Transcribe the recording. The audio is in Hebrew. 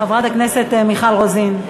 חברת הכנסת מיכל רוזין.